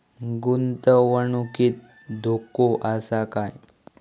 गुंतवणुकीत धोको आसा काय?